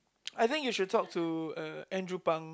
I think you should talk to uh Andrew Pang